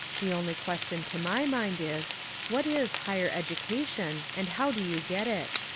the only question to my mind is what is higher education and how do you get it?